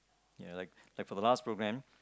ya like like for the last programme